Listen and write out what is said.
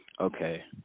Okay